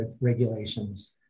regulations